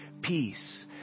peace